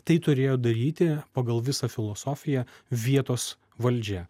tai turėjo daryti pagal visą filosofiją vietos valdžia